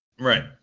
Right